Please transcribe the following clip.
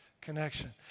connection